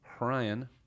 Ryan